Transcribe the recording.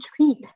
treat